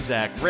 Zach